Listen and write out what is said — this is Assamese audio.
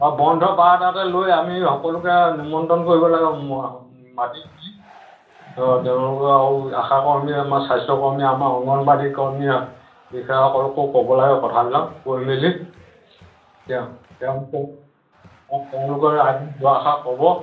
অ বন্ধ বাৰ এটাতে লৈ আমি সকলোকে নিমন্ত্ৰণ কৰিব লাগে মাতি দি তেওঁলোকৰ আৰু আশা কৰ্মী আমাৰ স্বাস্থ্য কৰ্মী আমাৰ অংগনবাদী কৰ্মী বিষয়া সকলকো ক'ব লাগে কথাবিলাক কৈ মেলি তেওঁ তেওঁলোকক তেওঁলোকেও ৰাইজক দুআষাৰ ক'ব